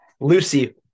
Lucy